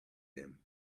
him